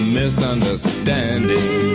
misunderstanding